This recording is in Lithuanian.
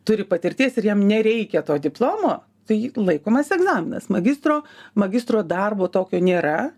turi patirties ir jam nereikia to diplomo tai laikomas egzaminas magistro magistro darbo tokio nėra